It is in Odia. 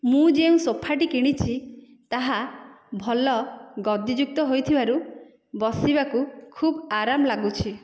ମୁଁ ଯେଉଁ ସୋଫାଟି କିଣିଛି ତାହା ଭଲ ଗଦିଯୁକ୍ତ ହୋଇଥିବାରୁ ବସିବାକୁ ଖୁବ୍ ଆରମ ଲାଗୁଛି